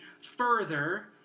further